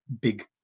big